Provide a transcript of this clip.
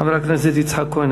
חבר הכנסת יצחק כהן,